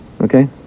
Okay